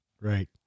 right